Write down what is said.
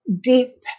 Deep